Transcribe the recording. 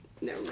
No